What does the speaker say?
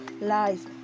life